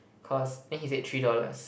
cause then he said three dollars